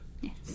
Yes